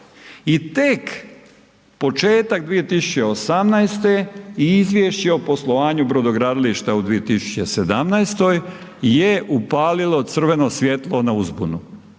i tek početak 2018. izvješće o poslovanju brodogradilišta u 2017. je upalilo crveno svjetlo na uzbunu